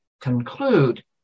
conclude